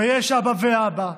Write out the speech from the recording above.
ויש אבא ואבא,